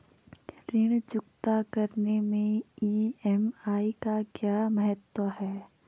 ऋण चुकता करने मैं ई.एम.आई का क्या महत्व है?